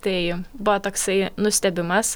tai buvo toksai nustebimas